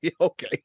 Okay